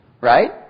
right